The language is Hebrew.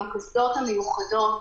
עם הקסדות המיוחדות,